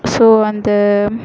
so வந்து